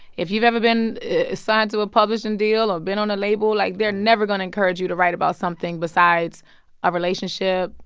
if you've ever been signed to a publishing deal or been on a label, like, they're never going to encourage you to write about something besides a relationship,